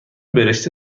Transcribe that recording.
برشته